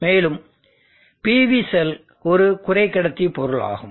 மேலும் PV cell ஒரு குறை கடத்தி பொருள் ஆகும்